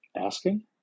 asking